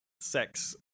sex